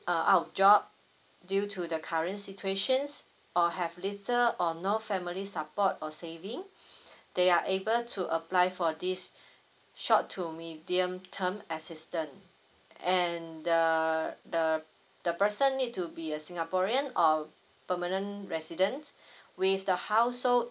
err out of job due to the current situation or have little or no family support or saving they are able to apply for this short to medium term assistance and the the the person need to be a singaporean or permanent resident with the household